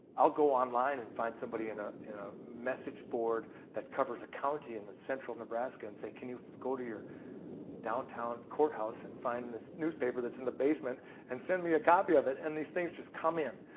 i'll go online and find somebody in ah in ah message board that covers a county in central nebraska and say can you go to your downtown courthouse and find the newspaper that's in the basement and send me a copy of it. and these things just come in.